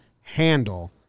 handle